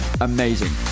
amazing